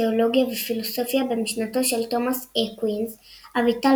תאולוגיה ופילוסופיה במשנתו של תומאס אקווינס/ אביטל